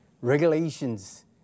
regulations